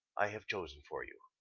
i have chosen for you.